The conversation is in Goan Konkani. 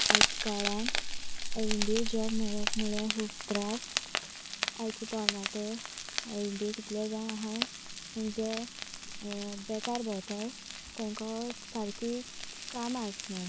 आयच्या काळांत इंडिये जॉब मेळोवप म्हळ्यार खूब त्रास आयचे तरणाटे इंडिये कितले जाण आसा जे बेकार भोंवताय तांकां सारकी काम आसनाय